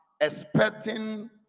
expecting